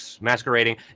masquerading